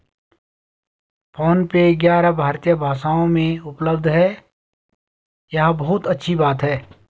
phone पे ग्यारह भारतीय भाषाओं में उपलब्ध है यह बहुत अच्छी बात है